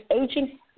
aging